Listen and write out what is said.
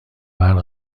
برق